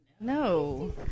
no